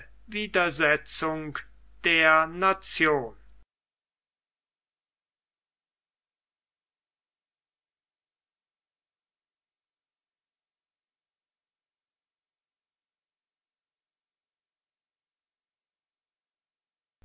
widersetzung der nation